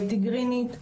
תיגרינית,